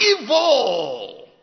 evil